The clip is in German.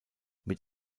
mit